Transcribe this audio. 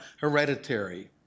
hereditary